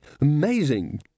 Amazing